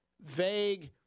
vague